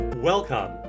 Welcome